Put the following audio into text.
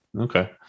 Okay